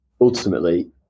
Ultimately